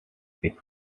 six